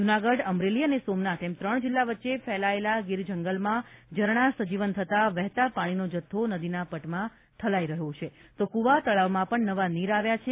જૂનાગઢ અમરેલી અને સોમનાથ એમ ત્રણ જિલ્લા વચ્ચે ફેલાયેલા ગીર જંગલમાં ઝરણાં સજીવન થતાં વહેતા પાણીનો જથ્થો નદીના પટમાં ઠલાઇ રહ્યો છે તો કુવા તળાવમાં પણ નવા નીર આવ્યા છે